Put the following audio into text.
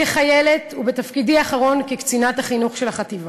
כחיילת, ובתפקידי האחרון כקצינת החינוך של החטיבה.